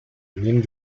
nehmen